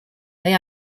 they